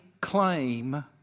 claim